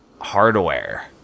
hardware